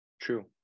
true